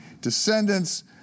descendants